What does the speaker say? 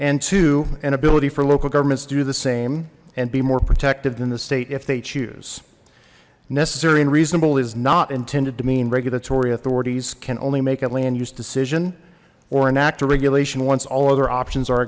and to an ability for local governments do the same and be more protective than the state if they choose necessary and reasonable is not intended to mean regulatory authorities can only make a land use decision or enact a regulation once all other options are